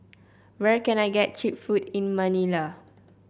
where can I get cheap food in Manila